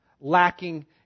Lacking